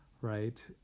right